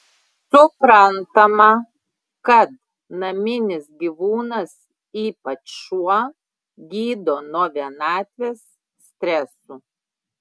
suprantama kad naminis gyvūnas ypač šuo gydo nuo vienatvės stresų